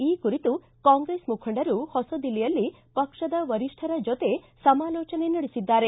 ಈ ಕುರಿತು ಕಾಂಗ್ರೆಸ್ ಮುಖಂಡರು ಹೊಸ ದಿಲ್ಲಿಯಲ್ಲಿ ಪಕ್ಷದ ವರಿಷ್ಠರ ಜೊತೆ ಸಮಾಲೋಜನೆ ನಡೆಸಿದ್ದಾರೆ